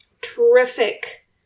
terrific